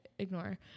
Ignore